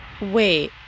wait